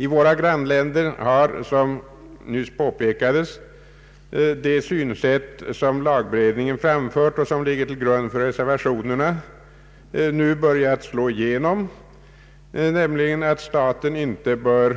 I våra grannländer har emellertid det synsätt, som lagberedningen framfört och som ligger till grund för reservationerna, nu börjat slå igenom, nämligen att staten ej bör